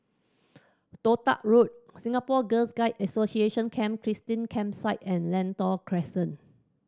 Toh Tuck Road Singapore Girl Guides Association Camp Christine Campsite and Lentor Crescent